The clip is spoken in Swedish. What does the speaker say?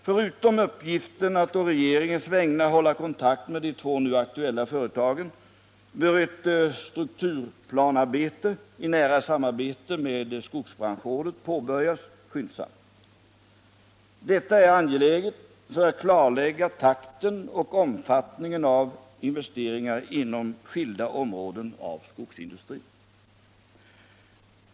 Förutom uppgiften att å regeringens vägnar hålla kontakt med de två nu aktuella företagen, bör ett strukturplanarbete i nära samarbete med skogsbranschrådet skyndsamt påbörjas. Detta är angeläget för att klarlägga takten och omfattningen av investeringar inom skilda områden av skogsindustrin.